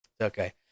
Okay